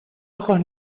ojos